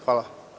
Hvala.